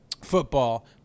Football